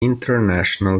international